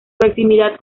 proximidad